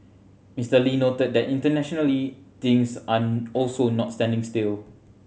Mister Lee noted that internationally things an also not standing still